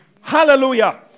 hallelujah